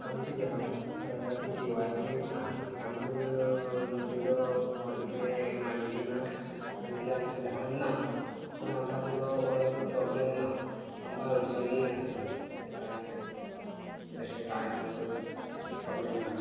आमची घरान जें आसा तें केव्हाय पिल्ट ना आनी आमकां जर तेजो तितलें म्हायती ना आनी तें आमचे घरान ना पूण आमकां तेजो व्होडलोसो प्रोब्लम ना आमकां अडचणीय ना तेज्यो तें कांय तशें कांय आमकां प्रोब्लम ना